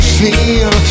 feel